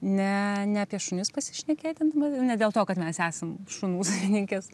ne ne apie šunis pasišnekėti dabar ir ne dėl to kad mes esam šunų savininkės